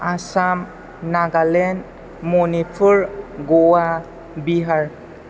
आसाम नागालेण्ड मणिपुर गवा बिहार